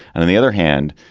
and on the other hand,